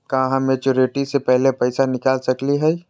का हम मैच्योरिटी से पहले पैसा निकाल सकली हई?